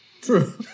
True